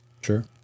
Sure